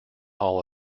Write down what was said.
hall